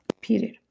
period